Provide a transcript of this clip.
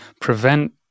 prevent